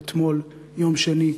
אתמול, יום שני,